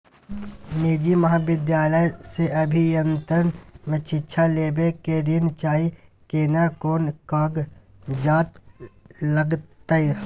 निजी महाविद्यालय से अभियंत्रण मे शिक्षा लेबा ले ऋण चाही केना कोन कागजात लागतै?